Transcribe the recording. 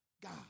God